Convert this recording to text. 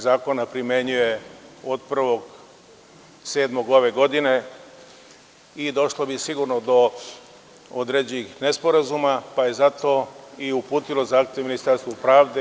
Zakona primenjuje od 1. jula ove godine, i došlo bi sigurno do određenih nesporazuma, pa je zato i uputilo zahtev Ministarstvu pravde.